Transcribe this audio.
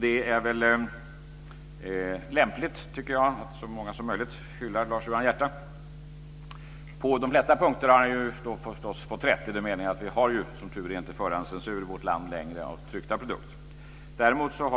Det är väl lämpligt, tycker jag, att så många som möjligt hyllar Lars Johan Hierta. På de flesta punkter har han fått rätt i den meningen att vi som tur är inte har förhandscensur av tryckta produkter i vårt land längre.